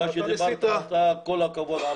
כל הכבוד.